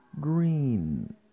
green